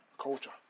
culture